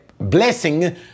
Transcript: blessing